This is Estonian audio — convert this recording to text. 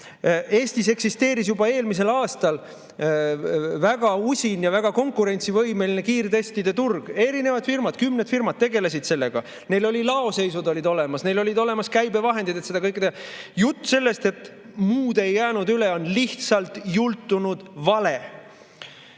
Eestis eksisteeris juba eelmisel aastal väga usin ja väga konkurentsivõimeline kiirtestide turg. Erinevad firmad, kümned firmad tegelesid sellega, neil olid laoseisud olemas, neil olid olemas käibevahendid, et seda kõike teha. Jutt sellest, et muud ei jäänud üle, on lihtsalt jultunud vale.